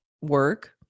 work